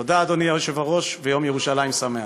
תודה, אדוני היושב-ראש, ויום ירושלים שמח.